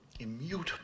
Immutable